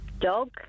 Dog